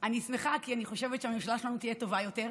אני שמחה כי אני חושבת שהממשלה שלנו תהיה טובה יותר,